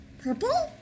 Purple